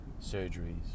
surgeries